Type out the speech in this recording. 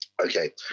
Okay